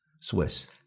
Swiss